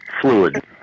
fluid